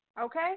Okay